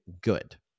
good